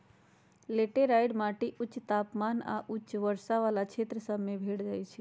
laterite माटि उच्च तापमान आऽ उच्च वर्षा वला क्षेत्र सभ में भेंट जाइ छै